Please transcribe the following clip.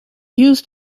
used